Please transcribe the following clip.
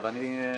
נמנע?